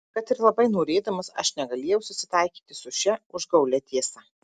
kad ir labai norėdamas aš negalėjau susitaikyti su šia užgaulia tiesa